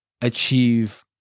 achieve